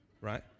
right